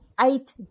eight